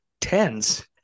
tens